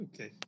Okay